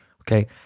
okay